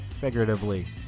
figuratively